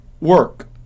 work